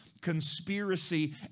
conspiracy